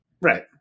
right